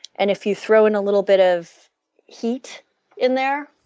and if you throw in a little bit of heat in there,